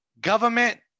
Government